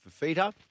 Fafita